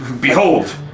Behold